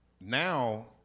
now